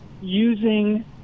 using